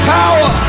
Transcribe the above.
power